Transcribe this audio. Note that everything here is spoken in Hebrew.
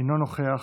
אינו נוכח.